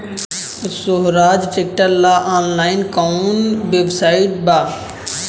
सोहराज tractor ला online कोउन website बा?